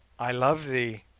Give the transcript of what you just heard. i love thee,